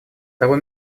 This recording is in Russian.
того